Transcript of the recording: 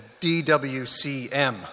DWCM